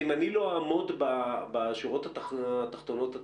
אם אני לא אעמוד בשורות התקציביות התחתונות,